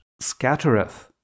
scattereth